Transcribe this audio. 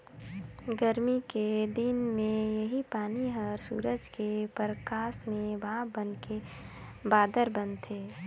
गरमी के दिन मे इहीं पानी हर सूरज के परकास में भाप बनके बादर बनथे